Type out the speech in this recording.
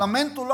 הפרלמנט הוא לא